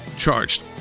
charged